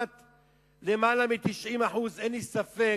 למעלה מ-90%, אין לי ספק,